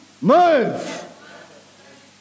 move